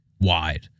wide